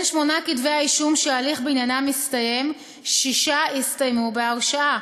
משמונה כתבי האישום שההליך בעניינם הסתיים שישה הסתיימו בהרשעה,